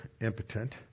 impotent